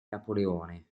napoleone